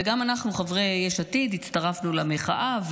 וגם אנחנו, חברי יש עתיד, הצטרפנו למחאה.